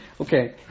Okay